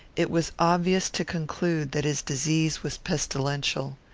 it was obvious to conclude that his disease was pestilential.